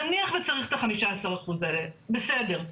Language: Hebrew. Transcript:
נניח וצריך את ה-15% האלה, בסדר.